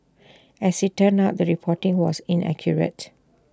as IT turned out the reporting was inaccurate